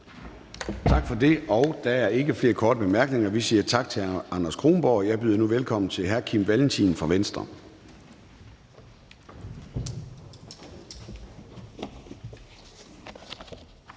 Tak for det. Der er ikke flere korte bemærkninger. Vi siger tak til hr. Kim Valentin. Jeg byder nu velkommen til hr. Mohammad Rona fra Moderaterne.